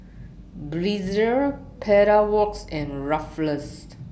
Breezer Pedal Works and Ruffles